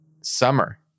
Summer